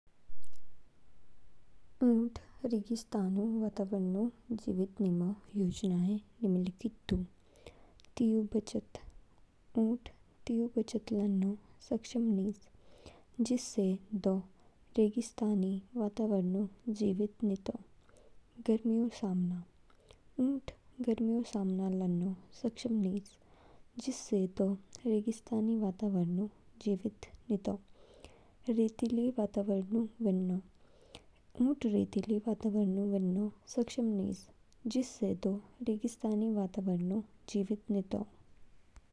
ऊंटू रेगिस्तानू वातावरणऊ जीवित नीमो योजनाएं निम्नलिखित दू। तीऊ बचत। ऊंट तीऊ बचत लानों सक्षम निज। जिससे दो रेगिस्तानी वातावरओ जीवित नितो। गर्मियों सामना। ऊंट गर्मियों सामना लानों सक्षम निज जिससे दो रेगिस्तानी वातावरणओ जीवित नितो। रेतीले वातावरणऊ वेनो। ऊंट रेतीले वातावरणओ वेनो सक्षम निज जिससे दो रेगिस्तानी वातावरणओ जीवित नितो।